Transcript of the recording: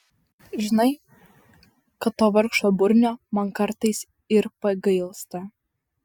žinai kad to vargšo burnio man kartais ir pagailsta